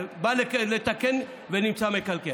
בא לתקן ונמצא מקלקל.